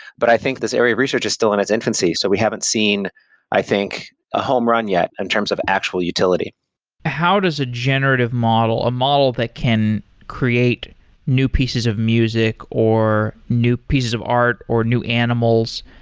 but i think this area of research is still in its infancy, so we haven't seen i think a homerun yet in terms of actual utility how does a generative model, a model that can create new pieces of music, or new pieces of art, or new animals,